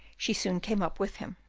she soon came up with him.